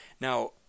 Now